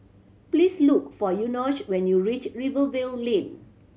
please look for Enoch when you reach Rivervale Lane